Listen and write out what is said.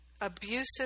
abusive